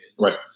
right